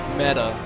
meta